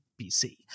BC